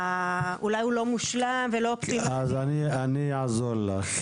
אולי הוא לא מושלם ולא --- אז אני אעזור לך,